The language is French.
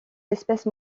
espèces